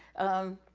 um,